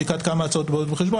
בדיקת כמה הצעות באות בחשבון,